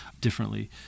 differently